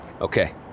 Okay